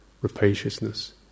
rapaciousness